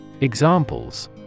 Examples